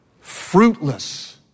fruitless